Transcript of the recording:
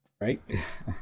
Right